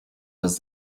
was